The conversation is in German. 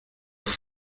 auf